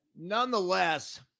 Nonetheless